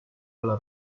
alla